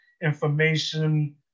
information